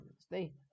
stay